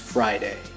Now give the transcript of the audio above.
Friday